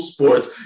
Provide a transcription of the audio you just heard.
Sports